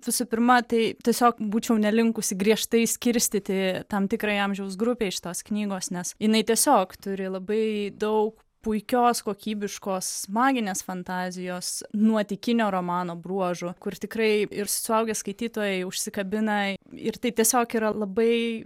visų pirma tai tiesiog būčiau nelinkusi griežtai skirstyti tam tikrai amžiaus grupei šitos knygos nes jinai tiesiog turi labai daug puikios kokybiškos maginės fantazijos nuotykinio romano bruožų kur tikrai ir suaugę skaitytojai užsikabina ir tai tiesiog yra labai